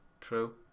true